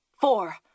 four